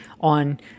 on